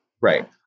right